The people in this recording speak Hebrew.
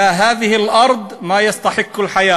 (אומר דברים בשפה הערבית ומתרגם:)